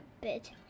bit